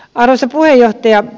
arvoisa puheenjohtaja